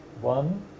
one